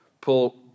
Paul